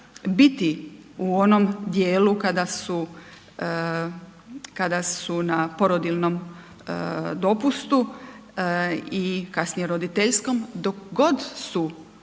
biti u onom dijelu kada su, kada su na porodiljnom dopustu i kasnije roditeljskom, dok god su